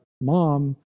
mom